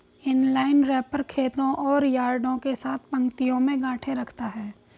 inline wrapper खेतों और यार्डों के साथ पंक्तियों में गांठें रखता है